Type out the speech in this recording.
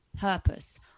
purpose